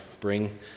bring